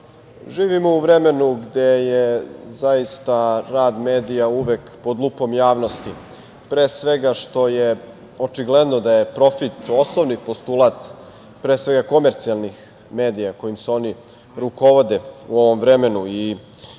živimo u vremenu gde je zaista rad medija uvek pod lupom javnosti, pre svega što je očigledno da je profit osnovni postulat pre svega komercijalnih medija kojim se oni rukovode u ovom vremenu. Zato je